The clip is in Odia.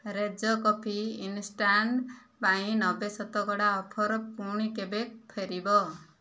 ରେଜ କଫି ଇନ୍ଷ୍ଟାଣ୍ଟ ପାଇଁ ନବେ ଶତକଡ଼ା ଅଫର୍ ପୁଣି କେବେ ଫେରିବ